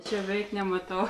aš jo beveik nematau